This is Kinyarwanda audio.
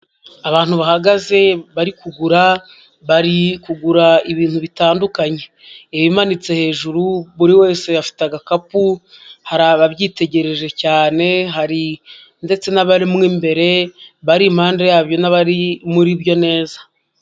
Abantu bahagaze bari kugura, bari kugura ibintu bitandukanye, ibimanitse hejuru, buri wese afite agakapu, hari ababyitegereje cyane hari ndetse n'abari mo imbere bari impande ya byo n'abari muri byo neza.